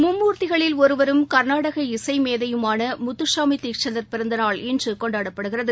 மும்மூர்த்திகளில் ஒருவரும் கா்நாடக இசைமேதையுமான முத்துசாமி தீட்ஷிதர் பிறந்த நாள் இன்று கொண்டாடப்படுகிறது